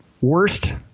Worst